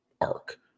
arc